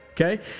okay